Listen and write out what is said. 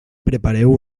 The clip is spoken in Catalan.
prepareu